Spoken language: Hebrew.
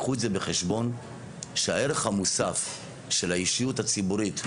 קחו את זה בחשבון שהערך המוסף של האישיות הציבורית,